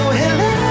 hello